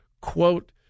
quote